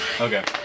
Okay